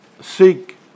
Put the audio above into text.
seek